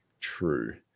true